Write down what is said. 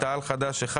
תע"ל-חד"ש אחד.